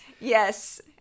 yes